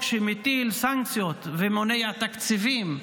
שמטיל סנקציות ומונע תקציבים מהאוניברסיטה,